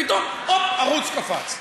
פתאום, הופ, ערוץ קפץ.